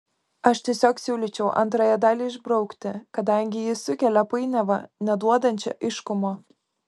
aš tiesiog siūlyčiau antrąją dalį išbraukti kadangi ji sukelia painiavą neduodančią aiškumo